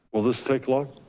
will this take long?